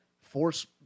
force